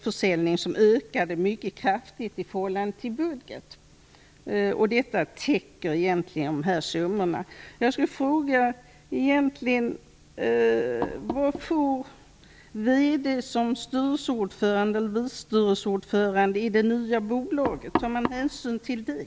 Försäljningen mot recept ökade mycket kraftigt i förhållande till budgeten. Detta täcker egentligen dessa summor. Vad får VD, styrelseordförande och vice styrelseordförande i det nya bolaget? Tar man hänsyn till det?